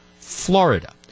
Florida